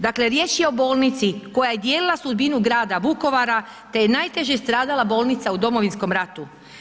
Dakle riječ je o bolnici koja je dijelila sudbinu grada Vukovara te je najteže stradala bolnica u Domovinskom ratu.